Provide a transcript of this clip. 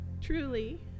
truly